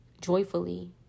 joyfully